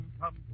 come